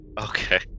Okay